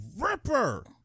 ripper